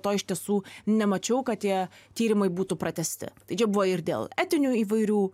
to iš tiesų nemačiau kad jie tyrimui būtų pratęsti jie buvo ir dėl etinių įvairių